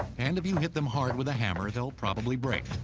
and if you hit them hard with a hammer, they'll probably break.